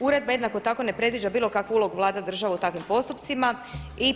Uredba jednako tako ne predviđa bilo kakvu ulogu … [[Govornica se ne razumije.]] u takvim postupcima i